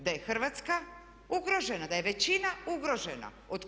Da je Hrvatska ugrožena, da je većina ugrožena.